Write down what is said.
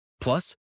Plus